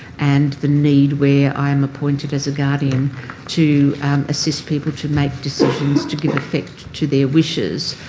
and the need where i am appointed as a guardian to assist people to make decisions to give effect to their wishes,